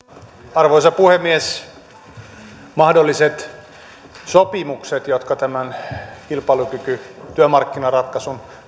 arvoisa puhemies mahdolliset sopimukset jotka tämän kilpailukykytyömarkkinaratkaisun